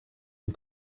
and